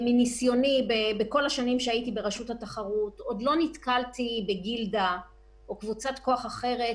יותר חשוב מן השאלה האם זה יהיה חברות האשראי או שחקן אחר.